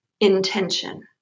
intention